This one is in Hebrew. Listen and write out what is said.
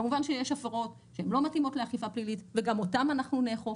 כמובן שיש הפרות שהן לא מתאימות לאכיפה פלילית וגם אותן אנחנו נאכוף,